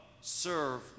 serve